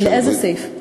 לאיזה סעיף?